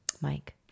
Mike